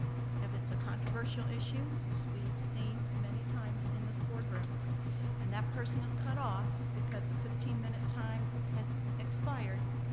if it's a controversial issue as we've seen many times in this board room and that person is cut off because the fifteen minute time has expired.